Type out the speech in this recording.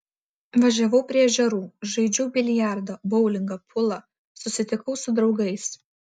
važiavau prie ežerų žaidžiau biliardą boulingą pulą susitikau su draugais